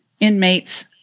Inmates